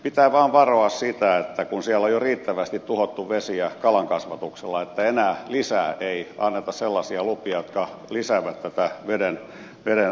pitää vaan varoa sitä kun siellä on jo riittävästi tuhottu vesiä kalankasvatuksella ettei enää lisää anneta sellaisia lupia jotka lisäävät tätä veden rasitusta